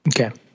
Okay